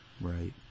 Right